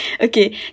okay